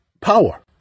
power